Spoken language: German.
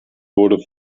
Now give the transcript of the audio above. wurde